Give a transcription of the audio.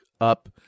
up